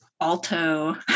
alto